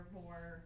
more